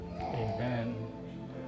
Amen